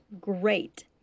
great